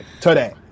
today